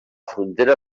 frontera